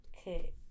okay